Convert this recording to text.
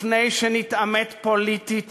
לפני שנתעמת פוליטית